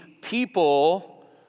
people